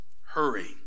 hurry